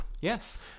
Yes